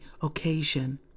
occasion